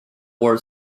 were